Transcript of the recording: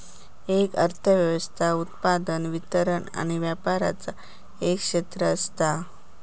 एक अर्थ व्यवस्था उत्पादन, वितरण आणि व्यापराचा एक क्षेत्र असता